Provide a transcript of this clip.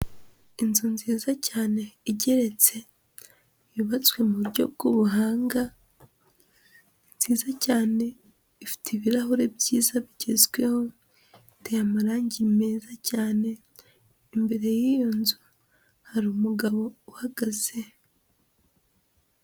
Inzu nziza cyane igeretse yubatswe mu buryo bw'ubuhanga, nziza cyane ifite ibirahure byiza bigezweho, iteye amarangi meza cyane, imbere y'iyo nzu hari umugabo uhagaze.